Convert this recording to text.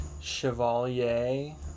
Chevalier